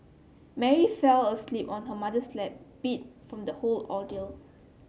Mary fell asleep on her mother's lap beat from the whole ordeal